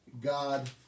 God